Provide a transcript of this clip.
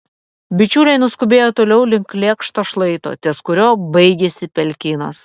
bičiuliai nuskubėjo toliau link lėkšto šlaito ties kuriuo baigėsi pelkynas